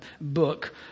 book